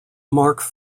mark